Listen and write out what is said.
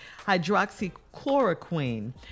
hydroxychloroquine